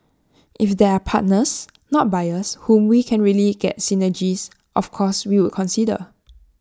if there are partners not buyers whom we can really get synergies of course we would consider